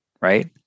right